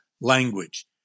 language